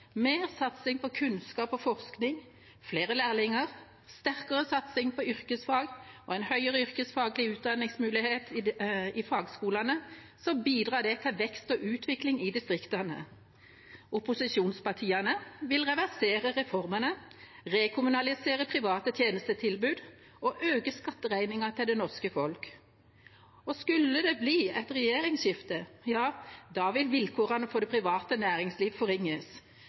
mer satsing på kunnskap og forskning, flere lærlinger, sterkere satsing på yrkesfag og en høyere yrkesfaglig utdanningsmulighet i fagskolene bidrar det til vekst og utvikling i distriktene. Opposisjonspartiene vil reversere reformene, rekommunalisere private tjenestetilbud og øke skatteregningen til det norske folk. Og skulle det bli et regjeringsskifte – ja, da vil vilkårene for det private næringslivet forringes.